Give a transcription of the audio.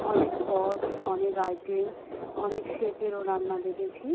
অনেক পদ অনেক আইটেম অনেক শেফেরও রান্না দেখেছি